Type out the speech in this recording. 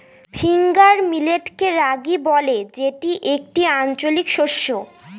finger মিলেটকে রাগি বলে যেটি একটি আঞ্চলিক শস্য